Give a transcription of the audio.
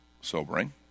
sobering